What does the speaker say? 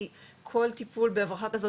כי כל טיפול בהברחה כזאת